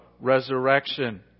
resurrection